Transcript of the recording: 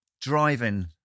driving